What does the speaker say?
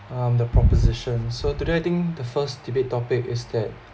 um the proposition so today I think the first debate topic is that